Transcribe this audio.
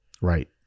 Right